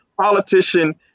politician